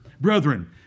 Brethren